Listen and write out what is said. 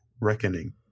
Reckoning